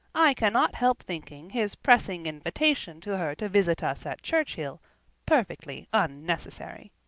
i cannot help thinking his pressing invitation to her to visit us at churchhill perfectly unnecessary.